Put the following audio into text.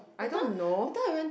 I don't know